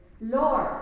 Lord